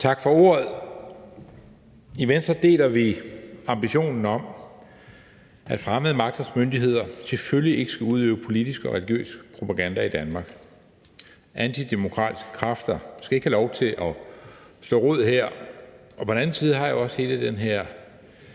Tak for ordet. I Venstre deler vi ambitionen om, at fremmede magters myndigheder selvfølgelig ikke skal udøve politisk og religiøs propaganda i Danmark. Antidemokratiske kræfter skal ikke have lov til at slå rod her. På den anden side har jeg også hele den her